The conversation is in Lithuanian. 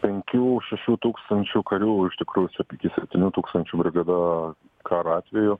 penkių šešių tūkstančių karių iš tikrųjų iki septynių tūkstančių brigada karo atveju